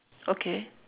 okay